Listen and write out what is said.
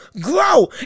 Grow